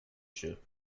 jeux